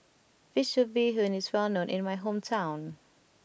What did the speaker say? Fish Soup Bee Hoon is well known in my hometown